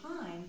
time